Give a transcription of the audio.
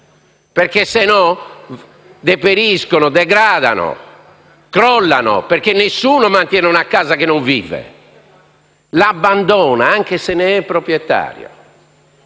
altrimenti deperiscono, si degradano e crollano perché nessuno mantiene una casa in cui non vive: l'abbandona anche se ne è proprietario.